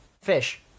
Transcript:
Fish